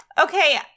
okay